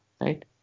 right